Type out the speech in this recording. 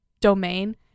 domain